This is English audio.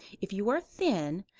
if you are thin,